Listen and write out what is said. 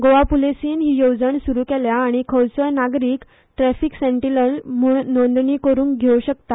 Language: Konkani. गोवा प्रलिसेन हि येवजण सुरु केल्या आनी खंयचोय नागरीक ट्रफिक सेंटीनल म्हण नोंदणी करुन घेवंक शकता